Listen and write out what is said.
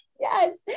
Yes